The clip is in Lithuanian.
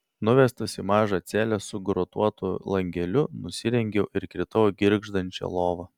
nuvestas į mažą celę su grotuotu langeliu nusirengiau ir kritau į girgždančią lovą